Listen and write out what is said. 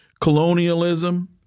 colonialism